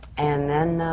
and then,